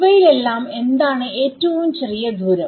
ഇവയിലെല്ലാം എന്താണ് ഏറ്റവും ചെറിയ ദൂരം